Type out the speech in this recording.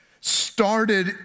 started